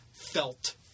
felt